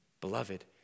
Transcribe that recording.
Beloved